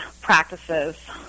practices